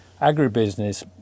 agribusiness